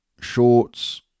shorts